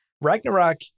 Ragnarok